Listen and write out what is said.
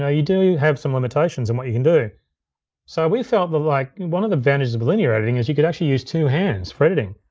yeah you do have some limitations in what you can do. so we felt that like one of the advantages of linear editing is you could actually use two hands for editing.